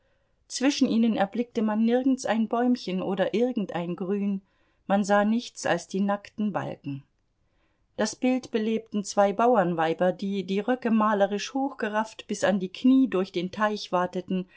zwischen ihnen erblickte man nirgends ein bäumchen oder irgendein grün man sah nichts als die nackten balken das bild belebten zwei bauernweiber die die röcke malerisch hochgerafft bis an die knie durch den teich wateten